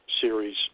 series